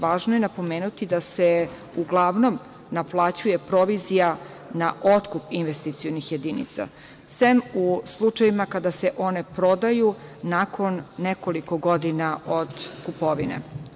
Važno je napomenuti da se uglavnom naplaćuje provizija na otkup investicionih jedinica, sem u slučajevima kada se one prodaju nakon nekoliko godina od kupovine.